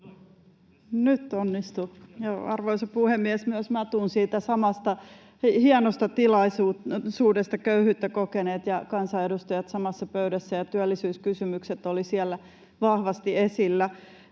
Content: Arvoisa puhemies! Myös minä tulen siitä samasta hienosta tilaisuudesta — köyhyyttä kokeneet ja kansanedustajat samassa pöydässä — ja työllisyyskysymykset olivat siellä vahvasti esillä.